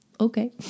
okay